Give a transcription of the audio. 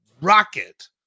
rocket